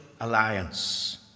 alliance